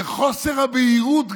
וגם חוסר הבהירות,